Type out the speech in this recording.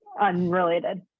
unrelated